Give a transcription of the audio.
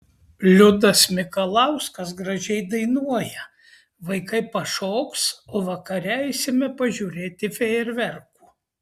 liudas mikalauskas gražiai dainuoja vaikai pašoks o vakare eisime pažiūrėti fejerverkų